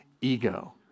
ego